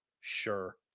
sure